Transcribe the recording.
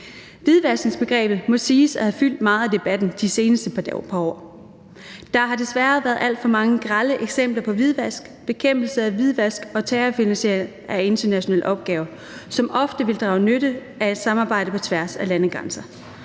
Hvidvaskningsbegrebet må siges at have fyldt meget i debatten de seneste par år. Der har desværre været alt for mange grelle eksempler i forbindelse med bekæmpelse af hvidvask og terrorfinansiering af internationale opgaver, hvor man ofte vil drage nytte af et samarbejde på tværs af landegrænser.